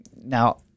Now